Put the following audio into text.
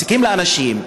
מציקים לאנשים,